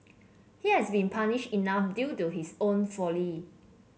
he has been punished enough due to his own folly